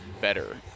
better